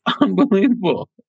unbelievable